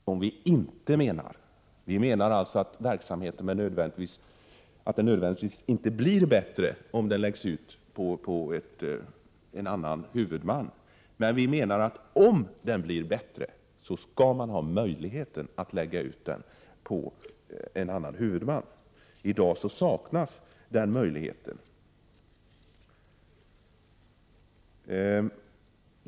Herr talman! Det är precis det som vi inte menar. Vi menar att verksamheten inte nödvändigtvis blir bättre om den läggs ut på en annan huvudman, men om den blir bättre då, så skall man ha den möjligheten. I dag saknas den möjligheten.